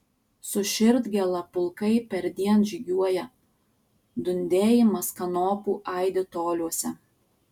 su širdgėla pulkai perdien žygiuoja dundėjimas kanopų aidi toliuose